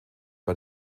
bei